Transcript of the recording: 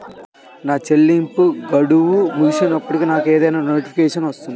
నా చెల్లింపు గడువు ముగిసినప్పుడు నాకు ఏదైనా నోటిఫికేషన్ వస్తుందా?